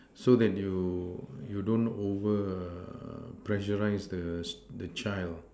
so that you you don't over err pressurize the the child